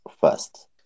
first